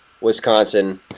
Wisconsin